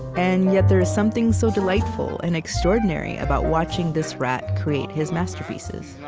and yet there is something so delightful and extraordinary about watching this rat create his masterpieces